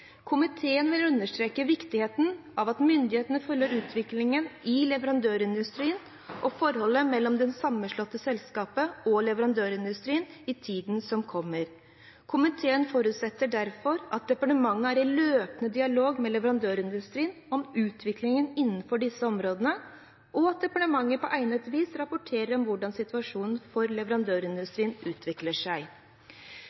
vil understreke viktigheten av at myndighetene følger utviklingen i leverandørindustrien og forholdet mellom det sammenslåtte selskapet og leverandørindustrien i tiden som kommer. Komiteen forutsetter derfor at departementet er i løpende dialog med leverandørindustrien om utviklingen innenfor disse områdene, og at departementet på egnet vis rapporterer om hvordan situasjonen for